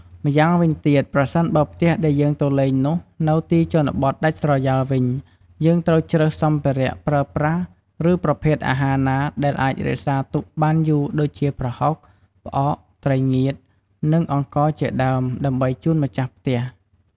ម្យ៉ាងវិញទៀតប្រសិនបើផ្ទះដែលយើងទៅលេងនោះនៅទីជនបទដាច់ស្រយ៉ាលវិញយើងត្រូវជ្រើសសម្ភារៈប្រើប្រាស់ ឬប្រភេទអាហារណាដែលអាចរក្សាទុកបានយូរដូចជាប្រហុក ផ្អក ត្រីងៀត និងអង្ករជាដើមដើម្បីជូនម្ចាស់ផ្ទះ។